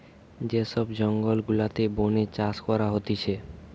যে সব জঙ্গল গুলাতে বোনে চাষ করা হতিছে